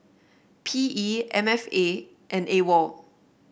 P E M F A and A W O L